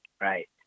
right